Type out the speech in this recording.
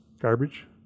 garbage